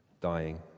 dying